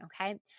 Okay